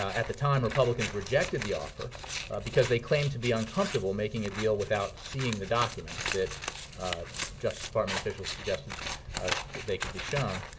at the time, republicans rejected the offer because they claimed to be uncomfortable making a deal without seeing the documents that justice department officials suggested they could be shown.